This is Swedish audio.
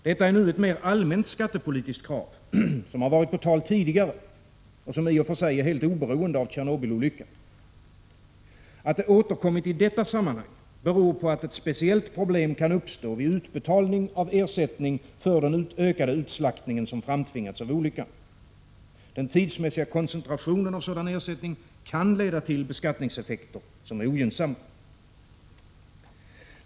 Detta är ett mer allmänt skattepolitiskt krav, som varit på tal tidigare och som i och för sig är helt oberoende av Tjernobylolyckan. Att det återkommit i detta sammanhang beror på att ett speciellt problem kan uppstå vid utbetalning äv ersättning för den ökade utslaktningen, som framtvingats av olyckan. Den tidsmässiga koncentrationen av sådan ersättning kan leda till beskattningseffekter, som är ogynnsamma.